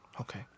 Okay